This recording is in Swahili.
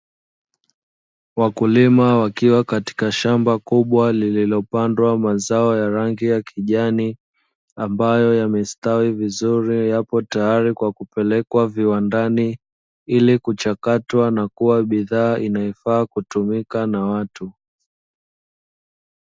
Wakulima wakiwa katika shamba kubwa lililopandwa mazao ya rangi ya kijani ambayo yamestawi vizuri, yapo tayari kwa kupelekwa viwandani ili kuchakatwa na kuwa bidhaa inayofaa kutumika na watu.